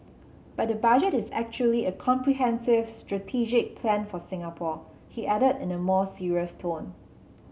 but the Budget is actually a comprehensive strategic plan for Singapore he added in a more serious tone